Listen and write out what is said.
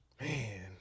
man